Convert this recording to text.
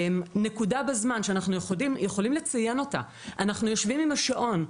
נקודה בזמן שאנחנו יכולים לציין אנחנו יושבים עם השעון,